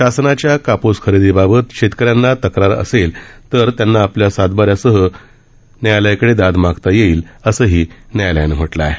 शासनाच्या काप्स खरेदीबाबत शेतकऱ्यांना तक्रार असेल तर त्यांना आपल्या सातबाऱ्यासह खंडपीठात दाद मागता येईल असंही न्यायालयानं म्हटलं आहे